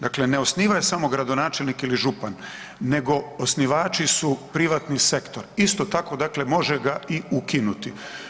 Dakle, ne osniva je samo gradonačelnik ili župan nego osnivači su privatni sektor, isto tako dakle može ga i ukinuti.